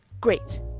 Great